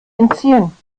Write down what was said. entziehen